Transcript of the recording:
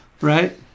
Right